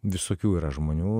visokių yra žmonių